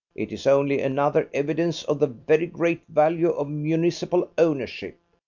it is only another evidence of the very great value of municipal ownership.